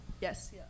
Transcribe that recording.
Yes